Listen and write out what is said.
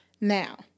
Now